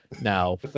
now